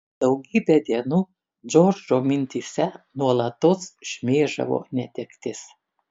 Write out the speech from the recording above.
daugybę dienų džordžo mintyse nuolatos šmėžavo netektis